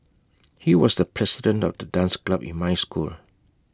he was the president of the dance club in my school